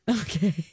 Okay